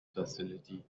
facility